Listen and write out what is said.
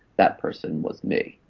that person was me.